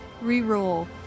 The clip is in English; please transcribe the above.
re-roll